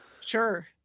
Sure